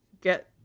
get